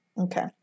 Okay